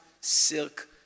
silk